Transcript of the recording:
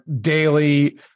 daily